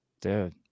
Dude